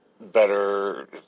better